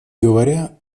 говоря